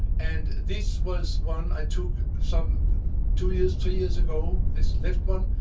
and this was one i took some two years two years ago, this left one.